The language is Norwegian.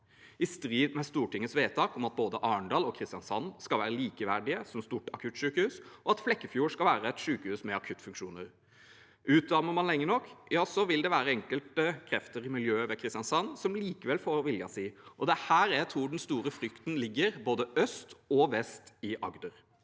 i strid med Stortingets vedtak om at både Arendal og Kristiansand skal være likeverdige som «stort akuttsykehus», og at Flekkefjord skal være et sykehus med akuttfunksjoner. Utarmer man lenge nok, vil det være enkelte krefter i miljøet ved Kristiansand som likevel får viljen sin. Det er her jeg tror den store frykten ligger, både øst og vest i Agder.